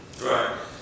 Right